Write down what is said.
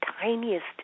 tiniest